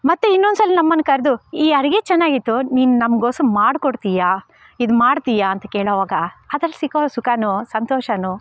ಮತ್ತು ಇನ್ನೊಂದ್ಸಲ ನಮ್ಮನ್ನು ಕರೆದು ಈ ಅಡುಗೆ ಚೆನ್ನಾಗಿತ್ತು ನೀನು ನಮಗೋಸ್ಕ ಮಾಡ್ಕೊಡ್ತೀಯ ಇದ್ಮಾಡ್ತೀಯ ಅಂತ ಕೇಳುವಾಗ ಅದ್ರಲ್ಲಿ ಸಿಗೋ ಸುಖವು ಸಂತೋಷವು